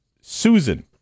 Susan